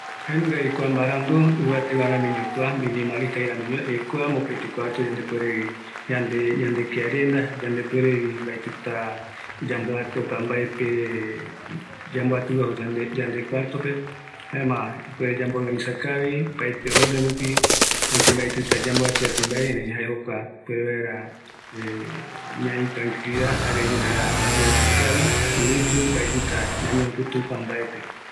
Jaenungavi kua mbarandu, baetɨtavi yamboati atɨiño mbae mbaereta yande kearenda rupi, aikatuta ñamoñejiro oyeesa kavi baera yandero